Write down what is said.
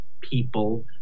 people